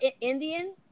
Indian